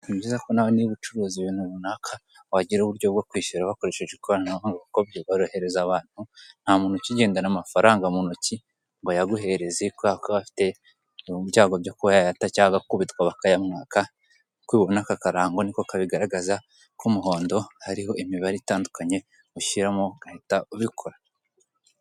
Akazu kari mu ibara ry'umuhondo kanditseho Emutiyeni gatanga serivisi zitandukanye, harimo kubitsa, kubikura, kohereza, kugura amayinite ndetse no kugurisha amayinite. Mo imbere hakaba hahagazemo umugabo ufite bike mu ntoki cyangwa se ikaramu mu ntoki. Imbere hakaba hari n'amakayi cyangwa se impapuro.